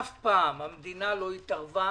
אף פעם המדינה לא התערבה.